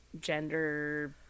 gender